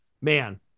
man